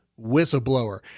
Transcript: whistleblower